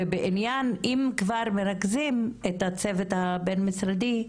ואם כבר מרכזים את הצוות הבין משרדי,